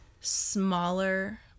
smaller